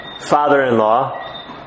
father-in-law